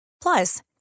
Plus